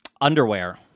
Underwear